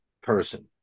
person